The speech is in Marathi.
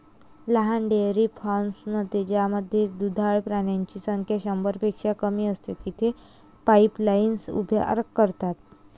लहान डेअरी फार्ममध्ये ज्यामध्ये दुधाळ प्राण्यांची संख्या शंभरपेक्षा कमी असते, तेथे पाईपलाईन्स उभ्या करतात